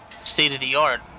state-of-the-art